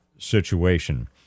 Situation